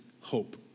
hope